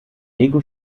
ego